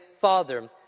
Father